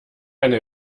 eine